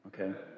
Okay